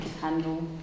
handle